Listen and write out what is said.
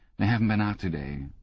they haven't been out today.